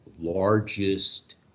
largest